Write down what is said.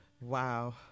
Wow